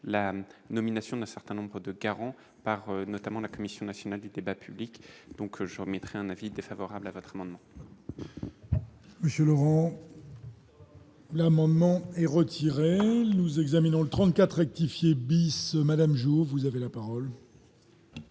la nomination d'un certain nombre de par notamment la Commission nationale du débat public, donc je mettrais un avis défavorable à votre amendement. Monsieur Laurent. L'amendement est retiré, nous examinons 34 rectifier bis Madame jours, vous avez la parole.